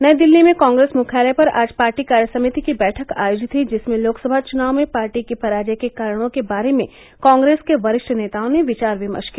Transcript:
नई दिल्ली में कांग्रेस मुख्यालय पर आज पार्टी कार्यसमिति की बैठक आयोजित हुयी जिसमें लोकसभा चुनाव में पार्टी की पराजय के कारणों के बारे में कांग्रेस के वरिष्ठ नेताओं ने विचार विमर्श किया